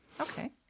Okay